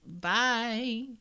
Bye